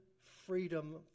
freedom